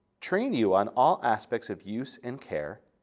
train you on all aspects of use and care,